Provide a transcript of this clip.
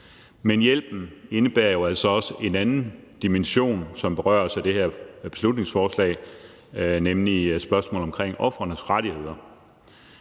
Men hjælpen indebærer jo altså også en anden dimension, som berøres af det her beslutningsforslag, nemlig spørgsmålet om ofrenes rettigheder.